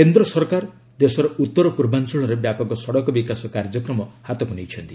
କେନ୍ଦ୍ର ସରକାର ଦେଶର ଉତ୍ତରପୂର୍ବାଞ୍ଚଳରେ ବ୍ୟାପକ ସଡ଼କ ବିକାଶ କାର୍ଯ୍ୟକ୍ରମ ହାତକୁ ନେଇଛନ୍ତି